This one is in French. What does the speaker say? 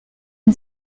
une